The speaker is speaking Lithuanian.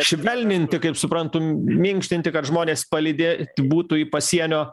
švelninti kaip suprantu minkštinti kad žmonės palydėt būtų į pasienio